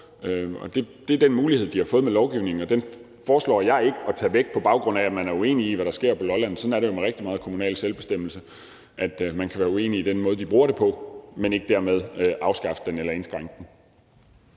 det er den mulighed, de har fået med lovgivningen. Og den foreslår jeg ikke at tage væk, på baggrund af at man er uenig i, hvad der sker på Lolland. Sådan er det jo med rigtig meget kommunal selvbestemmelse, at man kan være uenig i den måde, kommunerne bruger den på, men ikke dermed vil afskaffe eller indskrænke